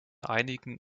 einigen